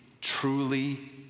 truly